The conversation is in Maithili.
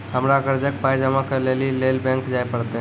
हमरा कर्जक पाय जमा करै लेली लेल बैंक जाए परतै?